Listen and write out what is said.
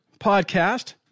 podcast